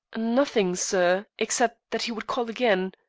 nothing, sir except that he would call again.